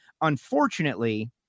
Unfortunately